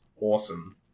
awesome